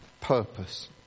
purpose